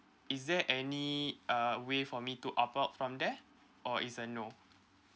is there any a way for me to opt out from there or is a no